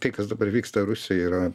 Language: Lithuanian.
tai kas dabar vyksta rusijoj yra